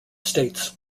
states